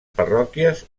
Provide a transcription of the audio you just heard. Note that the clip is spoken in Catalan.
parròquies